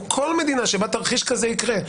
או כל מדינה שבה תרחיש כזה יקרה,